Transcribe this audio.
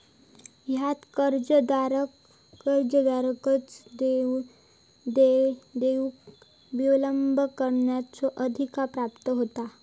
ह्यात कर्जदाराक कर्जदाराकच देय देऊक विलंब करण्याचो अधिकार प्राप्त होता